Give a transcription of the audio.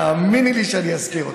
תאמיני לי שאני אזכיר אותך.